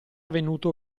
venuto